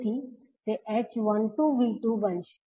તેથી તે h12V2બનશે